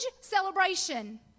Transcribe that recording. celebration